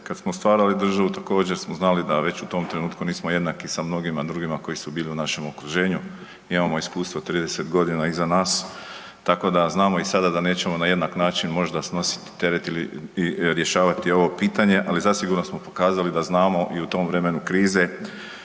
Kada smo stvarali državu također smo znali da već u tom trenutku nismo jednaki sa mnogim drugima koji su bili u našem okruženju. Mi imamo iskustvo 30 godina iza nas, tako da znamo i sada da nećemo na jednak način možda snositi teret i rješavati ovo pitanje, ali zasigurno smo pokazali da znamo i u tom vremenu krize